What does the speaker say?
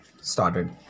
started